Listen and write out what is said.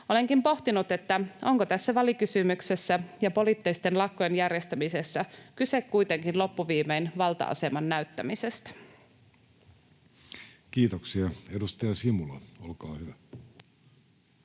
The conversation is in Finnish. Olenkin pohtinut, onko tässä välikysymyksessä ja poliittisten lakkojen järjestämisessä kyse kuitenkin loppuviimein valta-aseman näyttämisestä. [Speech 236] Speaker: